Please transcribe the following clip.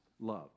love